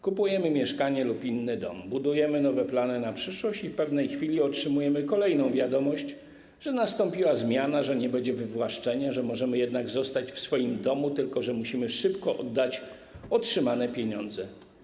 Kupujemy mieszkanie lub inny dom, budujemy nowe plany na przyszłość i w pewnej chwili otrzymujemy kolejną wiadomość, że nastąpiła zmiana, że nie będzie wywłaszczenia, że możemy jednak zostać w swoim domu, tylko że musimy szybko oddać otrzymane pieniądze.